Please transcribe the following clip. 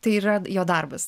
tai yra jo darbas